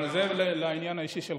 זה לגבי העניין האישי שלך.